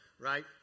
Right